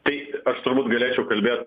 tai aš turbūt galėčiau kalbėt